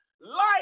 Life